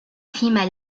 فيما